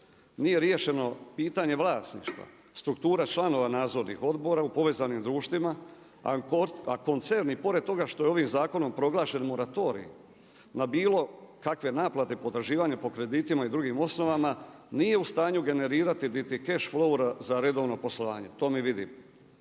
nije riješeno pitanje vlasništva, struktura članova nadzornih odbora u povezanim društvima, a koncerni pored toga što je ovim zakonom proglašen moratorij, na bilo kakve naplate, potraživanje po kreditima i drugim osnovama, nije u stanju generirati niti keš flou za redovno poslovanje. To ne vidim.